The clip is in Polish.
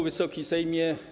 Wysoki Sejmie!